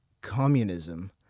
communism